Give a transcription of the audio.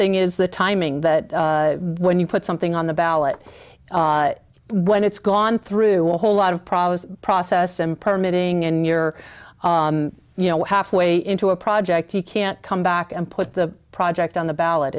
thing is the timing that when you put something on the ballot when it's gone through a whole lot of promise process and permitting in your you know half way into a project he can't come back and put the project on the ballot